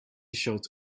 showed